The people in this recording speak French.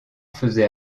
faisait